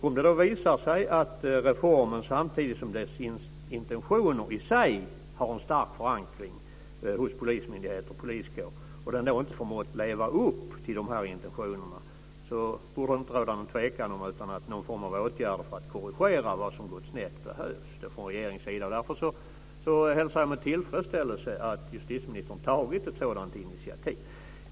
Om det visar sig att reformen, samtidigt som det finns intentioner i sig, har en stark förankring hos polismyndigheter och poliskår men inte förmått leva upp till intentionerna borde det inte råda någon tvekan. Då behövs någon form av åtgärder från regeringens sida för att korrigera vad som har gått snett. Därför hälsar jag med tillfredsställelse att justitieministern tagit ett sådant initiativ.